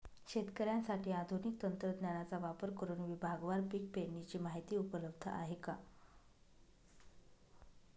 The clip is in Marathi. शेतकऱ्यांसाठी आधुनिक तंत्रज्ञानाचा वापर करुन विभागवार पीक पेरणीची माहिती उपलब्ध आहे का?